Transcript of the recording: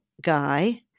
guy